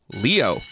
Leo